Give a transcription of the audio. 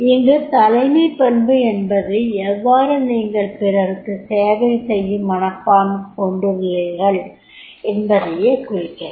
இங்கு தலைமைப் பண்பு என்பது எவ்வாறு நீங்கள் பிறருக்கு சேவை செய்யும் மனப்பாங்கு கொண்டுள்ளீர்கள் என்பதையே குறிக்கிறது